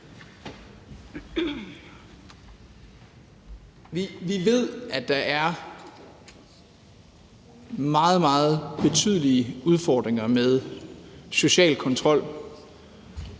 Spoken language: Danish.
Vi ved, at der er meget, meget betydelige udfordringer med social kontrol